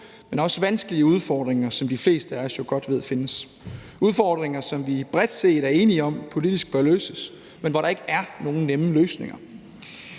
men også vanskelige udfordringer, som de fleste af os jo godt ved findes. Det er udfordringer, som vi bredt set er enige om bør løses politisk, men som der ikke er nogen nemme løsninger